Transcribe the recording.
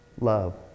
Love